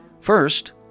First